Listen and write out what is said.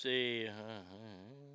See